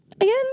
again